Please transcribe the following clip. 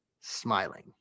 smiling